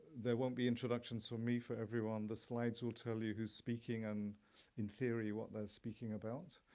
there won't be introductions from me for everyone. the slides will tell you who's speaking and in theory, what they're speaking about.